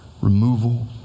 removal